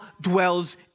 dwells